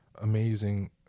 amazing